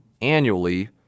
annually